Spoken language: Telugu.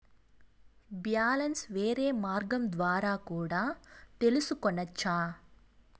బ్యాలెన్స్ వేరే మార్గం ద్వారా కూడా తెలుసుకొనొచ్చా?